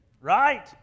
Right